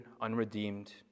unredeemed